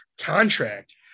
contract